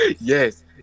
Yes